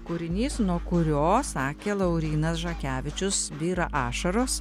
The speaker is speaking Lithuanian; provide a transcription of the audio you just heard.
kūrinys nuo kurio sakė laurynas žakevičius byra ašaros